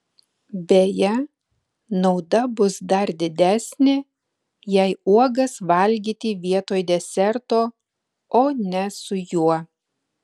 beje nauda bus dar didesnė jei uogas valgyti vietoj deserto o ne su juo